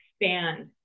expand